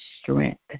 strength